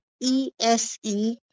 E-S-E